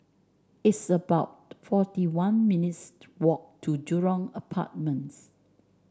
it's about forty one minutes' walk to Jurong Apartments